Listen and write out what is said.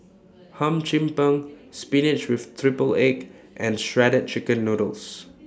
Hum Chim Peng Spinach with Triple Egg and Shredded Chicken Noodles